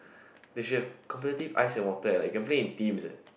they should have competitive Ice and Water leh you can play in teams eh